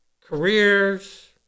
careers